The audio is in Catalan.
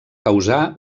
causar